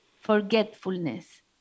forgetfulness